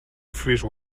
freeze